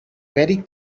very